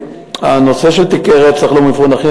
הנושא של תיקי רצח לא מפוענחים,